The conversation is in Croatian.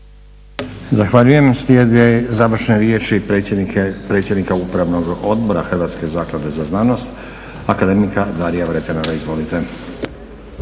Zahvaljujem. Slijede završne riječi predsjednika Upravnog odbora Hrvatske zaklade za znanost akademika Daria Vretenara. Izvolite.